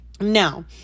Now